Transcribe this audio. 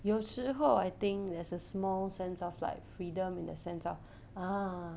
有时候 I think there's a small sense of like freedom in that sense lah ah